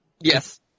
Yes